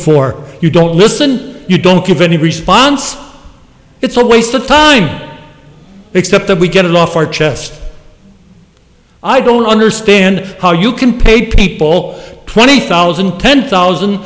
for you don't listen you don't get any response it's a waste of time except that we get a law for chest i don't understand how you can pay people twenty thousand ten thousand